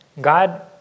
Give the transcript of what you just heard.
God